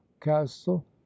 castle